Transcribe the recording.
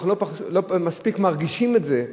אנחנו לא מספיק מרגישים את זה,